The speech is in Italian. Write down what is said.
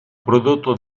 prodotto